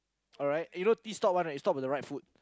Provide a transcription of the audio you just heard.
alright you know T stop [one] right you stop on the right foot